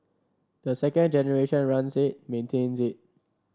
the second generation runs it maintains it